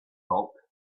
bulk